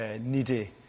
needy